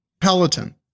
Peloton